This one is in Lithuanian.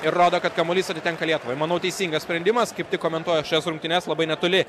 rodo kad kamuolys atitenka lietuvoje manau teisingas sprendimas kaip tik komentuoja šias rungtynes labai netoli